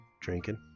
Drinking